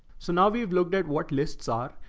so now we've looked at what lists are.